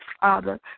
Father